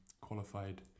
qualified